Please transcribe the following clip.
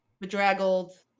bedraggled